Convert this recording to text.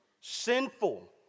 Sinful